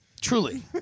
Truly